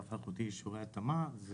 הטלגרף האלחוטי אישורי התאמה.